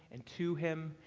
and to him,